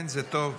באמת.